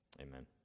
Amen